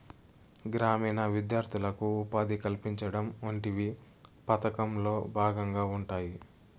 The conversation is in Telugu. గ్రామీణ విద్యార్థులకు ఉపాధి కల్పించడం వంటివి పథకంలో భాగంగా ఉంటాయి